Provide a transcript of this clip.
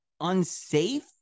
unsafe